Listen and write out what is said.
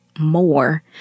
more